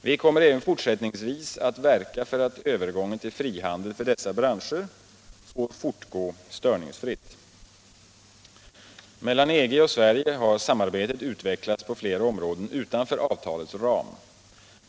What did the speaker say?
Vi kommer även fortsättningsvis att verka för att övergången till frihandel för dessa branscher får fortgå störningsfritt. Mellan EG och Sverige har samarbetet utvecklats på flera områden utanför avtalets ram.